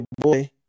boy